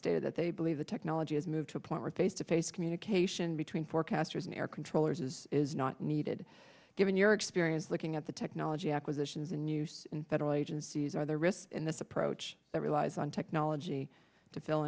stated that they believe the technology has moved to a point where face to face communication between forecasters an air controllers is is not needed given your experience looking at the technology acquisitions in use in federal agencies are there risks in this approach that relies on technology to fill